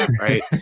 right